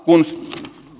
kun